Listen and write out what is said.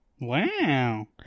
Wow